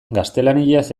gaztelaniaz